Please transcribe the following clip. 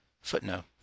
Footnote